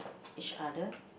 each other